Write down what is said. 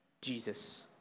Jesus